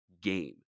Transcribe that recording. game